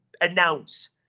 announce